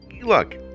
look